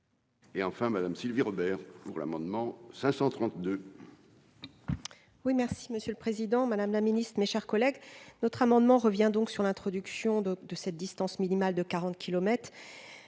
Et enfin, Madame Sylvie Robert pour l'amendement 532. Oui, merci Monsieur le Président, Madame la Ministre, mes chers collègues, notre amendement revient donc sur l'introduction de de cette distance minimale de 40